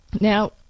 Now